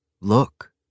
look